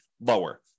lower